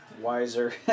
wiser